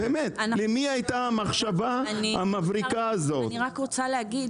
למה אתם צריכים לדעת